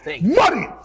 money